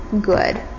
good